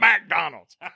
McDonald's